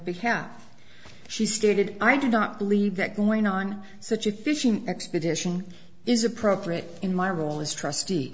behalf she stated i do not believe that going on such a fishing expedition is appropriate in my role as trustee